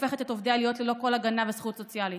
שהופכת את עובדיה להיות ללא כל הגנה וזכות סוציאלית,